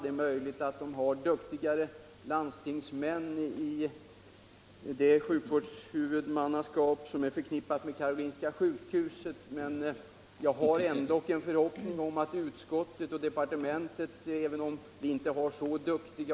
Det är möjligt att det finns duktigare landstingsmän i det huvudmannaskap som är förknippat med Karolinska sjukhuset. Jag hyser ändå en förhoppning om att utskottet och departementet, även om vi inte har så duktiga .